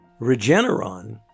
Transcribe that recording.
Regeneron